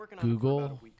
Google